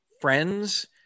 friends